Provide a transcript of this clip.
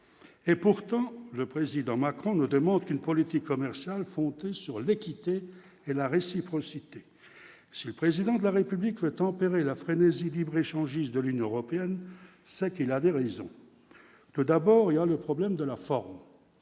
et pourtant le président Macron ne demandent qu'une politique commerciale faute sur l'équité et la réciprocité, si le président de la République tempérer la frénésie libre-échangiste de l'Union européenne, ce qu'il a des raisons, tout d'abord, il y a le problème de la forme,